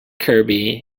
kirby